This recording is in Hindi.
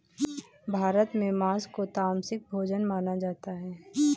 भारत में माँस को तामसिक भोजन माना जाता है